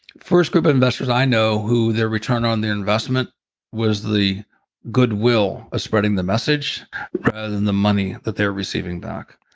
first group of investors i know who their return on their investment was the goodwill of spreading the message rather than the money that they're receiving back.